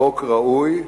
חוק ראוי,